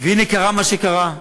והנה, קרה מה שקרה.